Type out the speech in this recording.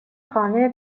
خانه